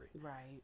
Right